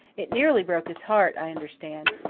it nearly broke his heart, i understand.